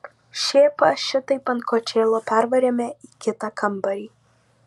šėpą šitaip ant kočėlo pervarėme į kitą kambarį